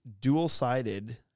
dual-sided